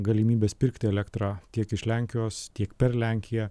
galimybes pirkti elektrą tiek iš lenkijos tiek per lenkiją